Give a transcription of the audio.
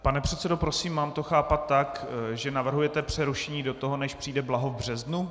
Pane předsedo, prosím, mám to chápat tak, že navrhujete přerušení, než přijde blaho v březnu?